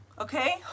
okay